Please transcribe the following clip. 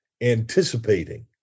anticipating